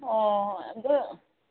ꯑꯣ ꯑꯗꯨ